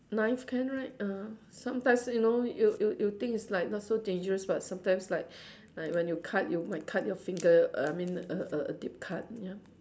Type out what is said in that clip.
knife can right ah sometimes you know you you you think it's like not so dangerous but sometimes like like when you cut you might cut your finger I mean err err a deep cut ya